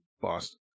Boston